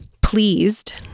pleased